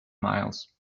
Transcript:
miles